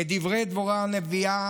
כדברי דבורה הנביאה: